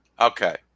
Okay